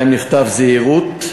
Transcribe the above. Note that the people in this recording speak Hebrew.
שבהן נכתב "זהירות,